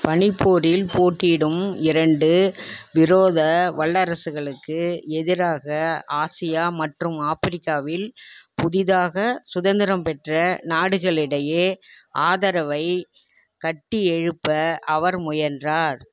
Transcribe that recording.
பனிப்போரில் போட்டியிடும் இரண்டு விரோத வல்லரசுகளுக்கு எதிராக ஆசியா மற்றும் ஆப்பிரிக்காவில் புதிதாக சுதந்திரம் பெற்ற நாடுகளிடையே ஆதரவைக் கட்டியெழுப்ப அவர் முயன்றார்